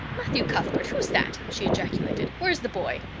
matthew cuthbert, who's that? she ejaculated. where is the boy?